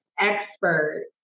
expert